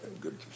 good